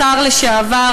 השר לשעבר,